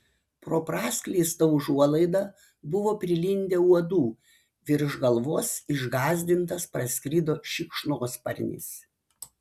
pro praskleistą užuolaidą buvo prilindę uodų virš galvos išgąsdintas praskrido šikšnosparnis